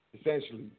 Essentially